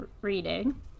reading